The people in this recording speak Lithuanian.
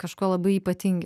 kažkuo labai ypatingi